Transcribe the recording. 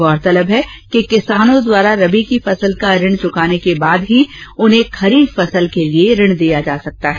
गौरतलब है कि किसानों द्वारा रबी की फसल का ऋण चुकाने के बाद ही उन्हें खरीफ फसलों के लिए ऋण दिया जा सकता है